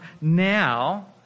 now